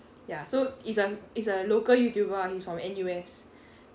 ya so it's a it's a local youtuber ah he's from N_U_S